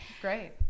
great